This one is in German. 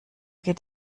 geht